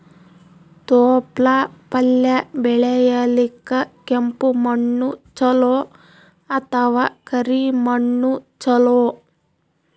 ತೊಪ್ಲಪಲ್ಯ ಬೆಳೆಯಲಿಕ ಕೆಂಪು ಮಣ್ಣು ಚಲೋ ಅಥವ ಕರಿ ಮಣ್ಣು ಚಲೋ?